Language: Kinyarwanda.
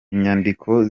inyandiko